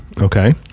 Okay